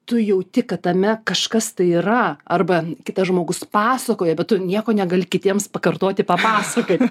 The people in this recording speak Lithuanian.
tu jauti kad tame kažkas tai yra arba kitas žmogus pasakoja bet tu nieko negali kitiems pakartoti papasakoti